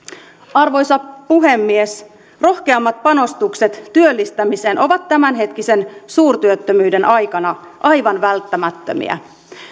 arvoisa puhemies rohkeammat panostukset työllistämiseen ovat tämänhetkisen suurtyöttömyyden aikana aivan välttämättömiä